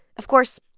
of course,